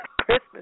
Christmas